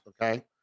Okay